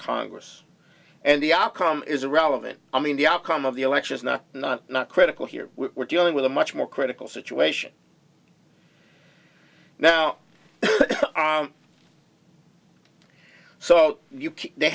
congress and the outcome is irrelevant i mean the outcome of the election is not not not critical here we're dealing with a much more critical situation now so you